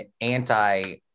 anti